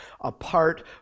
apart